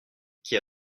kia